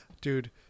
Dude